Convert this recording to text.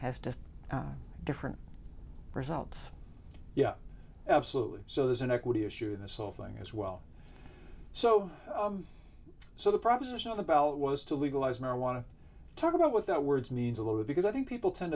has to be different results yeah absolutely so there's an equity issue in this whole thing as well so so the proposition of the bell was to legalize marijuana talk about what that word means a little bit because i think people tend